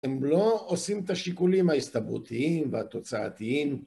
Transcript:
הם לא עושים את השיקולים ההסתברותיים והתוצאתיים